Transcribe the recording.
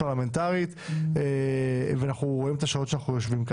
פרלמנטרית ואנחנו רואים את הישיבות בהן אנחנו יושבים.